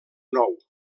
nou